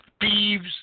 thieves